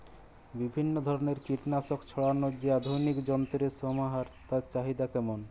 বিভিন্ন ধরনের কীটনাশক ছড়ানোর যে আধুনিক যন্ত্রের সমাহার তার চাহিদা কেমন?